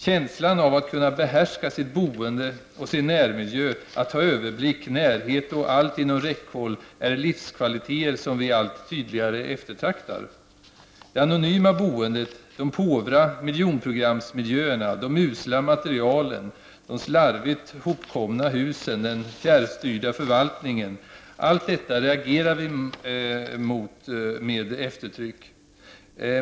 Känslan av att kunna behärska sitt boende och sin närmiljö, att ha överblick, närhet och allt inom räckhåll är livskvaliteter som vi allt tydligare eftertraktar. Det anonyma boendet, de påvra miljonprogramsmiljöerna, de usla materialen, de slarvigt hopkomna husen och den fjärrstyrda förvaltningen -- allt detta reagerar vi mot med eftertryck.